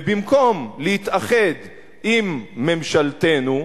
ובמקום להתאחד עם ממשלתנו,